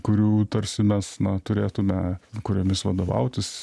kurių tarsi mes na turėtume kuriomis vadovautis